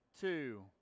two